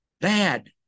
bad